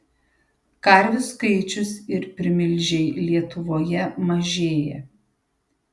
karvių skaičius ir primilžiai lietuvoje mažėja